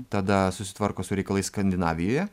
tada susitvarko su reikalais skandinavijoje